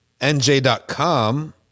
NJ.com